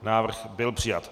Návrh byl přijat.